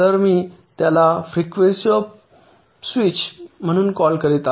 तर मी त्याला फ्रिकवेंसी ऑफ स्विच म्हणून कॉल करीत आहे